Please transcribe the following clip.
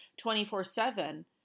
24-7